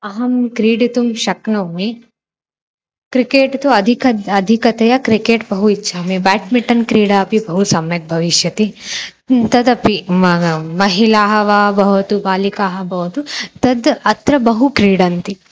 अहं क्रीडितुं शक्नोमि क्रिकेट् तु अधिकतया अधिकतया क्रिकेट् बहु इच्छामि बेट्मिट्टन् क्रीडा अपि बहु सम्यक् भविष्यति तदपि महिलाः वा भवन्तु बालिकाः भवन्तु तद् अत्र बहु क्रीडन्ति